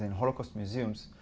and holocaust museums,